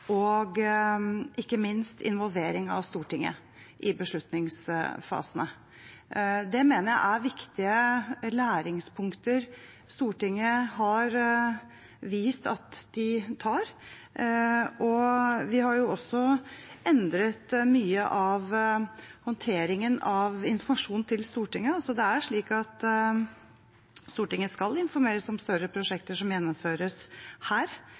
og ikke minst involvering av Stortinget i beslutningsfasene: Dette mener jeg er viktige læringspunkter Stortinget har vist at de tar. Vi har også endret mye av håndteringen av informasjon til Stortinget; det er slik at Stortinget skal informeres om større prosjekter som gjennomføres her,